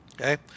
okay